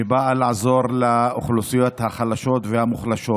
שבאה לעזור לאוכלוסיות החלשות והמוחלשות,